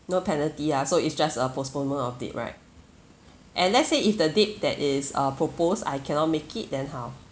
no penalty ah so it's just a postponement of it right and let's say if the date that is uh proposed I cannot make it then how